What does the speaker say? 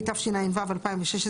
התשע"ו-2016,